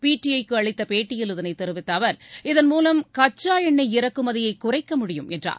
PTI க்கு அளித்த பேட்டியில் இதனைத் தெரிவித்த அவர் இதன்மூலம் கச்சா எண்ணெய் இறக்குமதியை குறைக்க முடியும் என்றார்